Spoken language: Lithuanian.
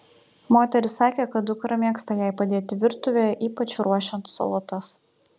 moteris sakė kad dukra mėgsta jai padėti virtuvėje ypač ruošiant salotas